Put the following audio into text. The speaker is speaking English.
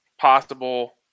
possible